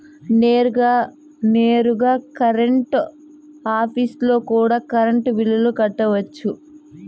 నేరుగా కరెంట్ ఆఫీస్లో కూడా కరెంటు బిల్లులు కట్టొచ్చు